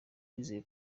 wizeye